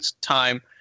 time